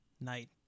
Night